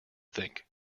think